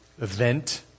event